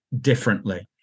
differently